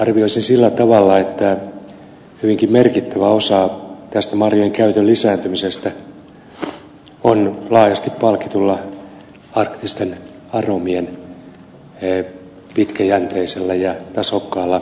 arvioisin sillä tavalla että hyvinkin merkittävä osa tästä marjojen käytön lisääntymisestä on laajasti palkitulla arktisten aromien pitkäjänteisellä ja tasokkaalla toiminnalla